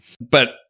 But-